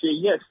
yes